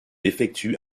effectue